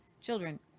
children